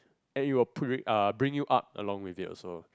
and it will put it bring you up along with it also